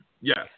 yes